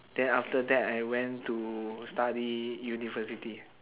then after that I went to study university